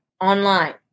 online